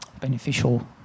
beneficial